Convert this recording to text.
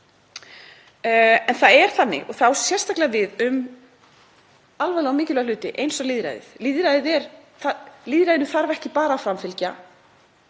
En það er þannig og það á sérstaklega við um alvarlega og mikilvæga hluti eins og lýðræðið að lýðræðinu þarf ekki bara að framfylgja.